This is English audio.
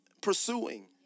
pursuing